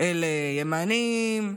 אלה ימנים,